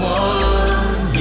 one